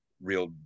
real